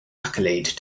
accolade